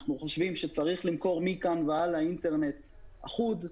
אנחנו חושבים שצריך למכור מכאן והלאה אינטרנט אחוד.